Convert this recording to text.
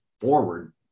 forward